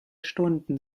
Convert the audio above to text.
stunden